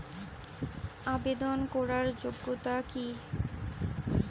আবেদন করার যোগ্যতা কি?